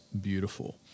beautiful